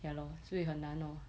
ya lor 所以很难 lor